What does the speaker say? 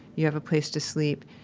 you have a place to sleep,